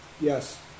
Yes